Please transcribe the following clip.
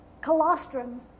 colostrum